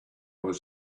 was